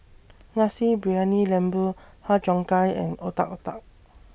Nasi Briyani Lembu Har Cheong Gai and Otak Otak